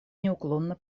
неуклонно